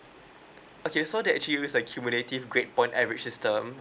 okay so they actually with accumulative grade point average system